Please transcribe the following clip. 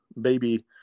baby